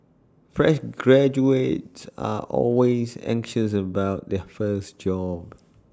fresh graduates are always anxious about their first job